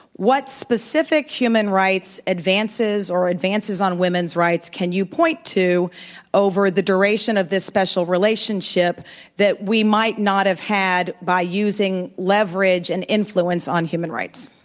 what specific human rights advances or advances on women's rights can you point to over the duration of this special relationship that we might not have had by using leverage and influence on human rights?